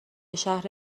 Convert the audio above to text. شهر